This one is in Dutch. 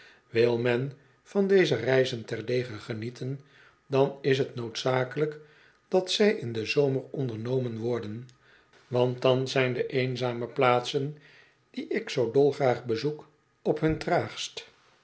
wil men van deze reizen terdege genieten dan is t noodzakelijk dat zij in den zomer ondernomen worden want dan zijn de eenzame plaatsen die ik zoo dolgraag bezoek op hun